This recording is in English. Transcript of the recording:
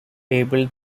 able